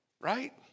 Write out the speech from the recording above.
Right